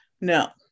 No